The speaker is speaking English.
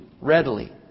readily